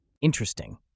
Interesting